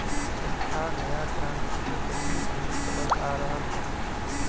चरखा नया क्रांति के पहिले से ही चलल आ रहल हौ